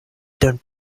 donnent